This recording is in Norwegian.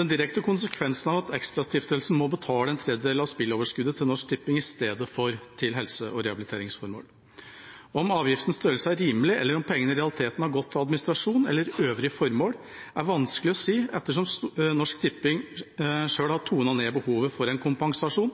den direkte konsekvensen av at ExtraStiftelsen må betale en tredjedel av spilleoverskuddet til Norsk Tipping i stedet for til helse- og rehabiliteringsformål. Om avgiftens størrelse er rimelig, eller om pengene i realiteten har gått til administrasjon eller øvrige formål, er vanskelig å si, ettersom Norsk Tipping selv har tonet ned behovet for en kompensasjon